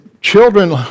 Children